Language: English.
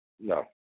no